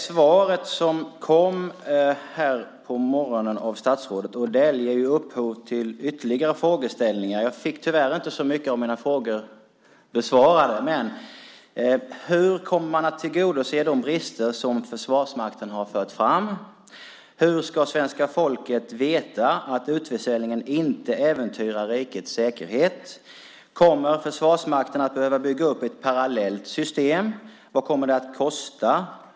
Svaret här på morgonen från statsrådet Odell ger upphov till ytterligare frågor. Tyvärr blev inte så mycket i mina frågor besvarat. Men hur kommer man att möta de brister som Försvarsmakten har fört fram? Hur ska svenska folket veta att utförsäljningen inte äventyrar rikets säkerhet? Kommer Försvarsmakten att behöva bygga upp ett parallellt system? Vad kommer det att kosta?